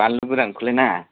बानलु गोरानखौलाय नाङा